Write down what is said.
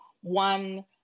one